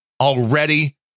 already